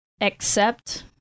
accept